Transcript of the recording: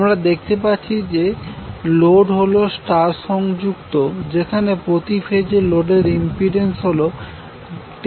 আমরা দেখতে পাচ্ছি যে লোড হল স্টার সংযুক্ত যেখানে প্রতি ফেজে লোডের ইম্পিড্যান্স হল 10j8Ω